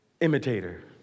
imitator